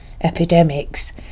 epidemics